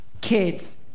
kids